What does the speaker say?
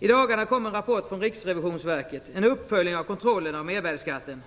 I dagarna kom en rapport från Riksrevisionsverket, en uppföljning av kontrollen av mervärdesskatten.